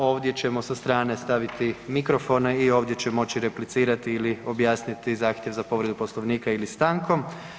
Ovdje ćemo sa strane staviti mikrofone i ovdje će moći replicirati ili objasniti zahtjev za povredu Poslovnika ili stankom.